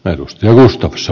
arvoisa puhemies